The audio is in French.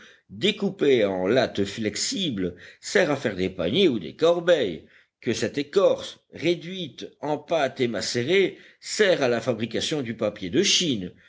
découpée en latte flexible sert à faire des paniers ou des corbeilles que cette écorce réduite en pâte et macérée sert à la fabrication du papier de chine